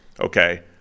Okay